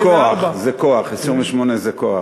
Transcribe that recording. זה כֹח, זה כח.